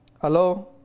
Hello